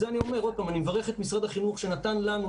אני מברך את משרד החינוך שנתן לנו,